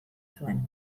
zuen